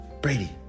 Brady